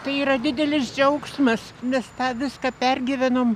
tai yra didelis džiaugsmas mes tą viską pergyvenom